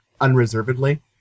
unreservedly